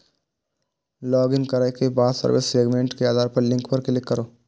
login करै के बाद सर्विस सेगमेंट मे आधार लिंक पर क्लिक करू